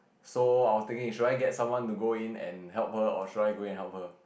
so I was thinking should I get someone to go in and help her or should I go in and help her